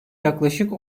yaklaşık